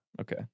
Okay